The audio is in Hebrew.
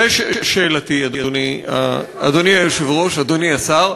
ושאלתי, אדוני היושב-ראש, אדוני השר,